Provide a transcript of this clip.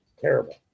Terrible